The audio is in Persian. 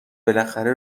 بالاخره